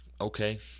okay